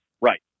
right